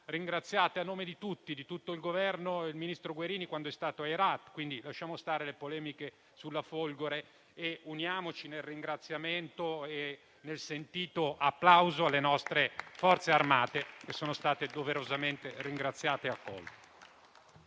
ha fatto a nome di tutti e di tutto il Governo il ministro Guerini quando è stato a Herat, quindi lasciamo stare le polemiche sulla Folgore e uniamoci nel ringraziamento e nel sentito applauso alle nostre Forze armate, che sono state doverosamente ringraziate e accolte